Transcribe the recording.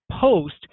post